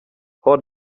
har